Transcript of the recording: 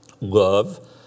Love